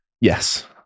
yes